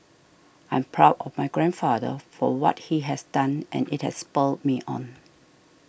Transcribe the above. I am proud of my grandfather for what he has done and it has spurred me on